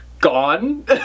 gone